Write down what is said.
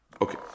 Okay